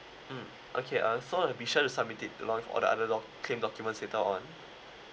mm okay uh so uh be sure to submit it lo~ or the other lo~ claim documents later on